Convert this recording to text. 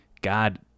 God